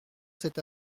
cette